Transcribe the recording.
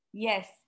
Yes